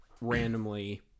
randomly